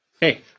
Hey